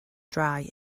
dry